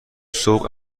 صبح